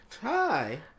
Hi